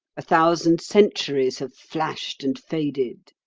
a thousand centuries have flashed and faded.